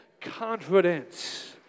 Confidence